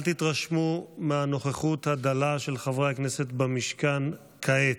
אל תתרשמו מהנוכחות הדלה של חברי הכנסת במשכן כעת.